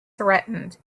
threatened